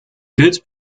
goods